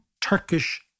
Turkish